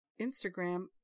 Instagram